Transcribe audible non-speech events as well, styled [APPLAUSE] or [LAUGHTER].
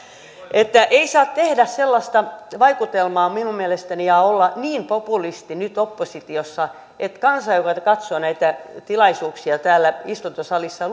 ei saa tehdä sellaista vaikutelmaa minun mielestäni ja olla niin populisti nyt oppositiossa että kansa joka katsoo näitä tilaisuuksia täällä istuntosalissa [UNINTELLIGIBLE]